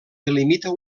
delimita